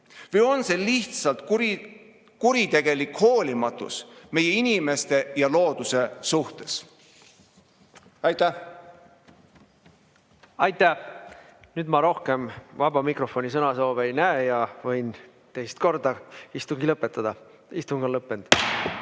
Või on see lihtsalt kuritegelik hoolimatus meie inimeste ja looduse suhtes? Aitäh! Aitäh! Nüüd ma rohkem vaba mikrofoni sõnasoove ei näe ja võin teist korda istungi lõpetada. Istung on lõppenud.